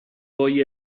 poi